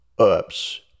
Oops